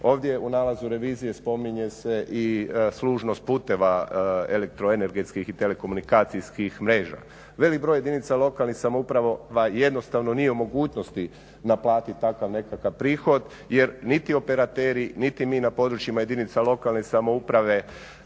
ovdje u nalazu revizije spominje se i služnost putova elektroenergetskih i telekomunikacijskih mreža. Velikih broj jedinica lokalnih samouprava jednostavno nije u mogućnosti naplatiti takav nekakav prihod jer niti operateri niti mi na područjima jedinica lokalne samouprave